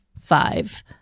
five